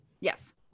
yes